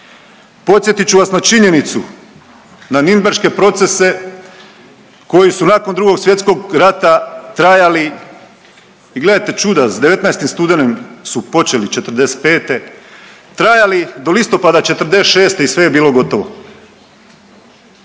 Podsjetit ću vas na činjenicu, na Nürnberške procese koji su nakon Drugog svjetskog rata trajali. I gledajte čuda s 19. studenim su počeli '45., trajali do listopada '46. i sve je bilo gotovo.